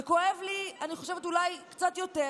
זה כואב לי, אני חושבת, אולי קצת יותר,